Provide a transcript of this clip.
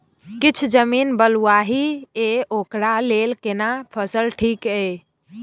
किछ जमीन बलुआही ये ओकरा लेल केना फसल ठीक ये?